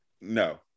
No